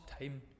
time